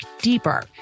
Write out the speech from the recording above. deeper